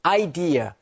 idea